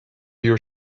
your